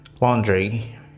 laundry